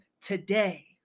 today